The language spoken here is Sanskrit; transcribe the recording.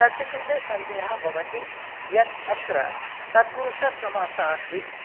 तस्य कृते सन्देहः भवति यत् अत्र तत्पुरुषसमासः अस्ति